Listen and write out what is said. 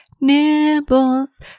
Nibbles